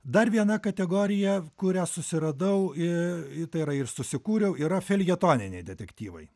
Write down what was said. dar viena kategorija kurią susiradau ir tai yra ir susikūriau yra feljetoniniai detektyvai